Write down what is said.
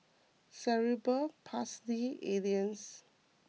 Cerebral Palsy Alliance